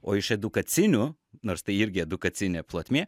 o iš edukacinių nors tai irgi edukacinė plotmė